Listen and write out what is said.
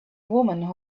woman